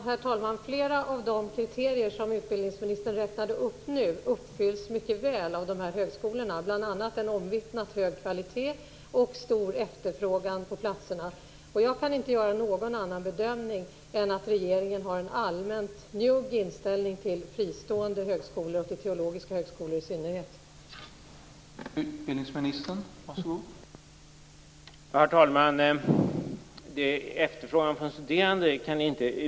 Herr talman! Flera av de kriterier som utbildningsministern nu räknade upp uppfylls mycket väl av de här högskolorna, bl.a. en omvittnat hög kvalitet och stor efterfrågan på platserna. Jag kan inte göra någon annan bedömning än att regeringen har en allmänt njugg inställning till fristående högskolor och i synnerhet till teologiska högskolor.